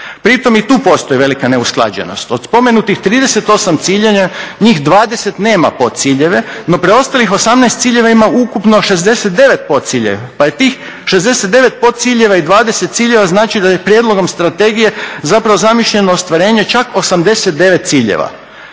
pri tom i tu postoji velika neusklađenosti. Od spomenutih 38 ciljeva njih 20 nema podciljeve, no preostalih 18 ciljeva ima ukupno 69 podciljeva, pa je tih 69 podciljeva i 20 ciljeva znači da je prijedlogom strategije zapravo zamišljeno ostvarenje čak 89 ciljeva.